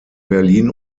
berlin